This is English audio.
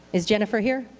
is jennifer here?